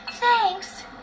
Thanks